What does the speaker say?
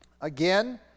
again